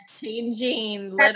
Changing